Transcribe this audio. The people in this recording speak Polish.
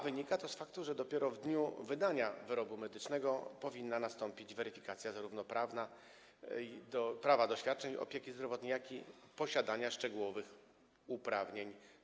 Wynika to z faktu, że dopiero w dniu wydania wyrobu medycznego powinna nastąpić weryfikacja prawa do świadczeń opieki zdrowotnej i posiadania szczegółowych uprawnień.